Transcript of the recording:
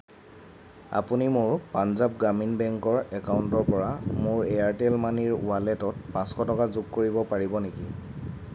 আপুনি মোৰ পাঞ্জাৱ গ্ৰামীণ বেংকৰ একাউণ্টৰ পৰা মোৰ এয়াৰটেল মানিৰ ৱালেটত পাঁচশ টকা যোগ কৰিব পাৰিব নেকি